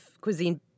cuisine